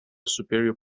superior